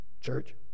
church